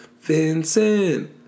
Vincent